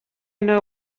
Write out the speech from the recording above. know